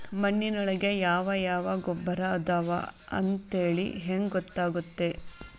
ಮಣ್ಣಿನೊಳಗೆ ಯಾವ ಯಾವ ಗೊಬ್ಬರ ಅದಾವ ಅಂತೇಳಿ ಹೆಂಗ್ ಗೊತ್ತಾಗುತ್ತೆ?